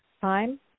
time